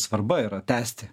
svarba yra tęsti